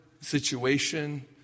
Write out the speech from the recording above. situation